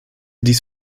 dies